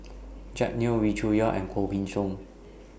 Jack Neo Wee Cho Yaw and Koh Gain Song